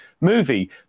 movie